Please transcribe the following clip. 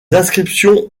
inscriptions